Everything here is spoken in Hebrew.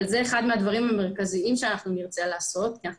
אבל זה אחד מהדברים המרכזיים שאנחנו נרצה לעשות כי אנחנו